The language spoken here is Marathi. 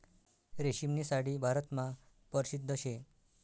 रेशीमनी साडी भारतमा परशिद्ध शे